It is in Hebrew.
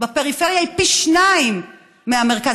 בפריפריה היא פי שניים מבמרכז.